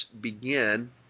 begin